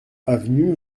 avenue